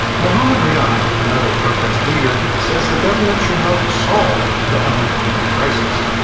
mohammad riad, another protest leader, says the government should help solve the unemployment crisis.